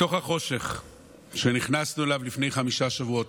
בתוך החושך שנכנסנו אליו לפני חמישה שבועות,